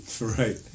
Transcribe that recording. Right